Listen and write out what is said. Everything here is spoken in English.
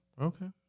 Okay